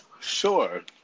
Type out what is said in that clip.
Sure